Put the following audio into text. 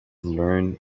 learned